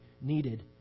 needed